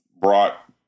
brought